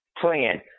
plan